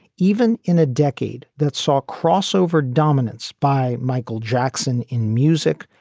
even in a decade that saw crossover dominance by michael jackson in music.